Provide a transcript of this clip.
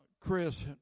Chris